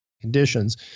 conditions